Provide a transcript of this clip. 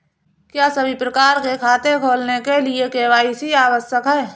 क्या सभी प्रकार के खाते खोलने के लिए के.वाई.सी आवश्यक है?